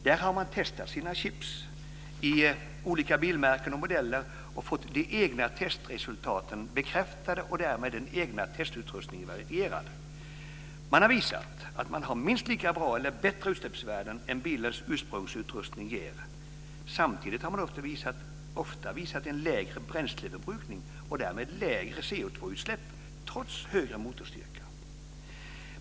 Där har man testat sina chips i olika bilmärken och modeller och fått de egna testresultaten bekräftade och därmed den egna testutrustningen verifierad. Man har visat att man har minst lika bra eller bättre utsläppsvärden än bilens ursprungsutrustning ger. Samtidigt har man ofta visat en lägre bränsleförbrukning och därmed lägre koldioxidutsläpp trots större motorstyrka.